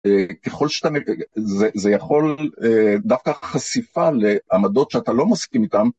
ככל שאתה... זה יכול דווקא חשיפה לעמדות שאתה לא מסכים איתן.